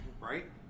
Right